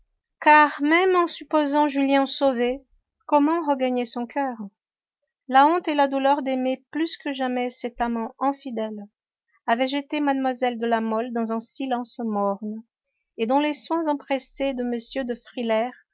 car même en supposant julien sauvé comment regagner son coeur la honte et la douleur d'aimer plus que jamais cet amant infidèle avaient jeté mlle de la mole dans un silence morne et dont les soins empressés de m de frilair